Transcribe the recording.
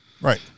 Right